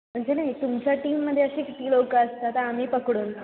म्हणजे नाही तुमच्या टीममध्ये असे किती लोक असतात आम्ही पकडून